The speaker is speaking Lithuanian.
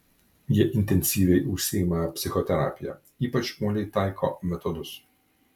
jie intensyviai užsiima psichoterapija ypač uoliai taiko metodus